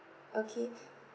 okay